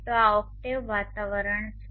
તો આ ઓક્ટેવ વાતાવરણ છે